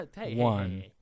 one